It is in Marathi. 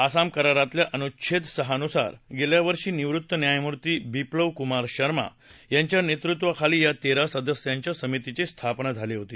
आसाम करारातल्या अनुच्छेद सहानुसार गेल्या वर्षी निवृत्त न्यायमूर्ती बिप्लब कुमार शर्मा यांच्या नेतृत्वाखाली या तेरा सदस्यांच्या समितीची स्थापना झाली होती